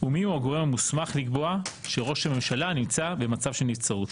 ומי הוא הגורם המוסמך לקבוע שראש הממשלה נמצא במצב של נבצרות.